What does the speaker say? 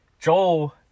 Joel